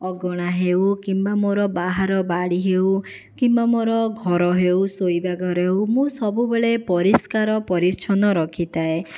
ଅଗଣା ହେଉ କିମ୍ବା ମୋର ବାହାର ବାଡ଼ି ହେଉ କିମ୍ବା ମୋର ଘର ହେଉ ଶୋଇବା ଘର ହେଉ ମୁଁ ସବୁବେଳେ ପରିଷ୍କାର ପରିଚ୍ଛନ ରଖିଥାଏ